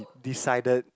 decided